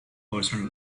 personal